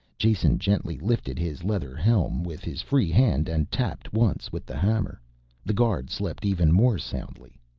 jason gently lifted his leather helm with his free hand and tapped once with the hammer the guard slept even more soundly.